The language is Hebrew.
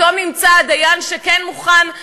ואותם אנשים שחיתנו את הילדה וגידלו אותה